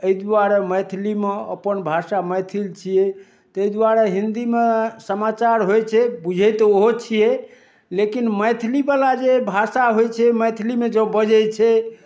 अइ दुआरे मैथिलीमे अपन भाषा मैथिली छियै तै दुआरे हिन्दीमे समाचार होइ छै बूझै तऽ ओहो छियै लेकिन मैथिलीवला जे भाषा होइ छै मैथिलीमे जँ बजै छै